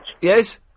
Yes